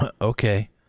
okay